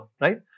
right